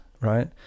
right